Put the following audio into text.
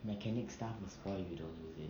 mechanics will spoil if you don't use it